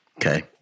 Okay